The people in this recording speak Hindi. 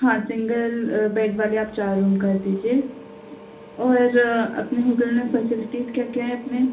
हाँ सिंगल बेड वाले आप चार रूम कर दीजिए और अपने होटल में फ़ैसिलिटीज़ क्या क्या हैं अपने